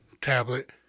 tablet